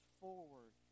forward